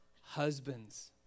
Husbands